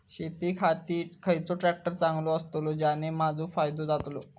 शेती साठी खयचो ट्रॅक्टर चांगलो अस्तलो ज्याने माजो फायदो जातलो?